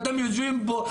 אתם יושבים פה,